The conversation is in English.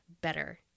better